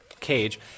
cage